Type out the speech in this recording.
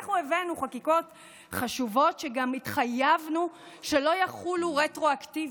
אנחנו הבאנו חקיקות חשובות שגם התחייבנו שלא יחולו רטרואקטיבית.